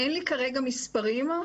אין לי כרגע מספרים,